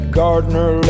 gardener